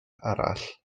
arall